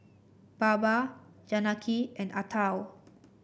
Baba Janaki and Atal